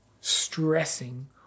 stressing